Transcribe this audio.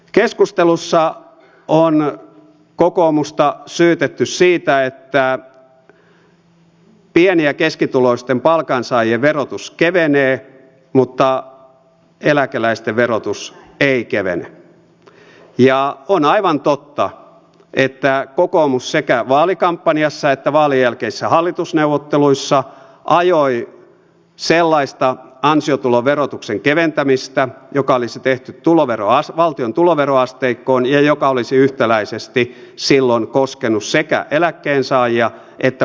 keskustelussa on kokoomusta syytetty siitä että pieni ja keskituloisten palkansaajien verotus kevenee mutta eläkeläisten verotus ei kevene ja on aivan totta että kokoomus sekä vaalikampanjassa että vaalien jälkeisissä hallitusneuvotteluissa ajoi sellaista ansiotuloverotuksen keventämistä joka olisi tehty valtion tuloveroasteikkoon ja joka olisi yhtäläisesti silloin koskenut sekä eläkkeensaajia että palkansaajia